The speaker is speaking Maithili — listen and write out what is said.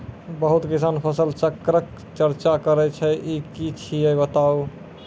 बहुत किसान फसल चक्रक चर्चा करै छै ई की छियै बताऊ?